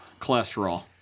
Cholesterol